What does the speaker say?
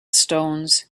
stones